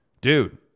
dude